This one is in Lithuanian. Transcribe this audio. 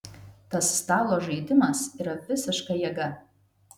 tas stalo žaidimas yra visiška jėga